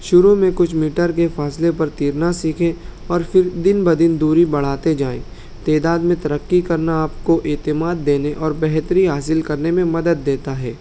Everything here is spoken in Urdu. شروع میں کچھ میٹر کے فاصلے پر تیرنا سیکھیں اور پھر دن بدن دوری بڑھاتے جائیں تعداد میں ترقی کرنا آپ کو اعتماد دینے اور بہتری حاصل کرنے میں مدد دیتا ہے